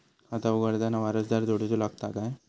खाता उघडताना वारसदार जोडूचो लागता काय?